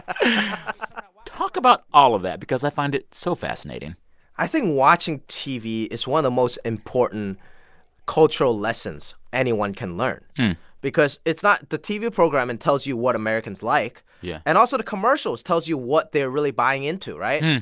talk about all of that because i find it so fascinating i think watching tv is one of the most important cultural lessons anyone can learn because it's not the tv programming tells you what americans like. yeah and also the commercials tells you what they're really buying into, right?